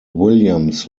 williams